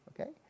Okay